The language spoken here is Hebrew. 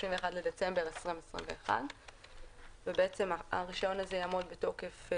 בדצמבר 2021. הרישיון הזה יעמוד בתוקף,